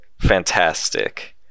fantastic